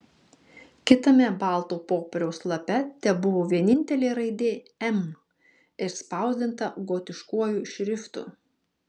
kitame balto popieriaus lape tebuvo vienintelė raidė m išspausdinta gotiškuoju šriftu